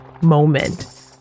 moment